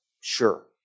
sure